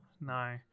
No